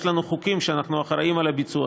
יש לנו חוקים שאנחנו אחראים על הביצוע